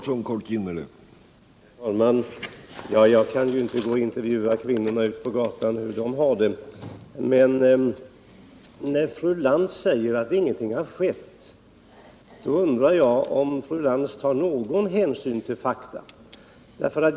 Herr talman! Jag kan ju inte intervjua kvinnorna på gatan om hur de har det, fru Lantz. När fru Lantz säger att ingenting skett undrar jag om hon tar någon hänsyn till fakta.